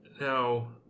Now